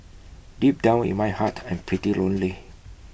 deep down in my heart I'm pretty lonely